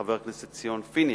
חבר הכנסת ציון פיניאן,